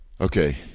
okay